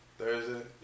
Thursday